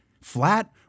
Flat